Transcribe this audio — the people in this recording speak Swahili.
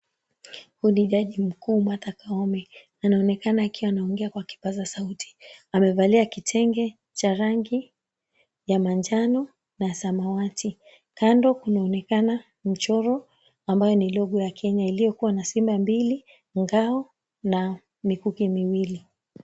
Huyu ni jaji mkuu Martha Koome anaonekana akiwa anaongea na kipaza sauti anaonekana akiwa amevaa kitenge cha rangi ya manjano na samawati kando kunaonekana mchoro uliochorwa ambayo ni logo ya kenya iliokuwa na simba mbili, ngao na mikuki miwili.